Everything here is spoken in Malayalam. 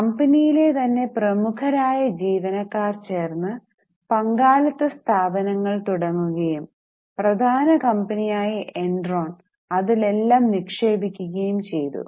കമ്പനിയിലെ തന്നെ പ്രമുഖരായ ജീവനക്കാർ ചേർന്ന് പങ്കാളിത്ത സ്ഥാപനങ്ങൾ തുടങ്ങുകയും പ്രധാന കമ്പനി ആയ എൻറോൺ അതിൽ എല്ലാം നിക്ഷേപിക്കുകയും ചെയ്തു